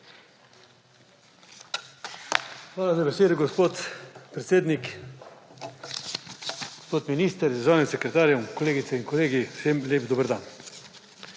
Hvala za besedo, gospod predsednik. Gospod minister z državnim sekretarjem, kolegice in kolegi! Vsem lep dober dan!